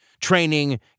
training